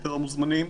ויתר המוזמנים,